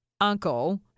uncle